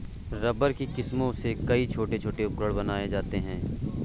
rubber की किस्मों से कई छोटे छोटे उपकरण बनाये जाते हैं